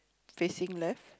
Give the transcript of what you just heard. facing left